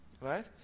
Right